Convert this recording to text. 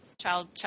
Child